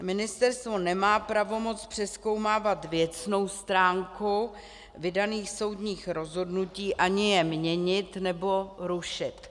Ministerstvo nemá pravomoc přezkoumávat věcnou stránku vydaných soudních rozhodnutí ani je měnit nebo rušit.